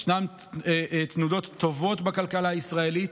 יש תנודות טובות בכלכלה הישראלית,